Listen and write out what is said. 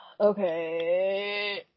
Okay